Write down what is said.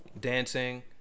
dancing